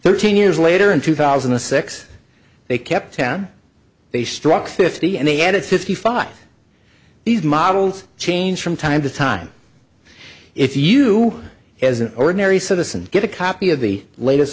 thirteen years later in two thousand and six they kept town they struck fifty and they added fifty five these models change from time to time if you as an ordinary citizen get a copy of the latest